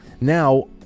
now